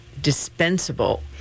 dispensable